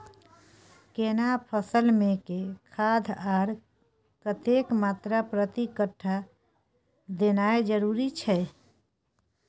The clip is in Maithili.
केना फसल मे के खाद आर कतेक मात्रा प्रति कट्ठा देनाय जरूरी छै?